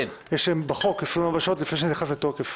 יש להם בחוק 24 שעות לפני שזה נכנס לתוקף.